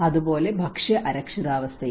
അതുപോലെ ഭക്ഷ്യ അരക്ഷിതാവസ്ഥയും